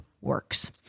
works